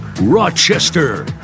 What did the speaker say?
Rochester